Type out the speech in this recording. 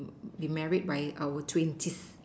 be married by our twenties